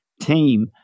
team